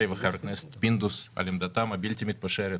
וחבר הכנסת פינדרוס על עמדתם הבלתי-מתפשרת